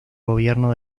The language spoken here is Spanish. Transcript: gobierno